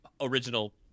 original